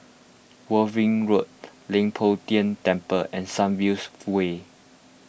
Worthing Road Leng Poh Tian Temple and Sunviews Way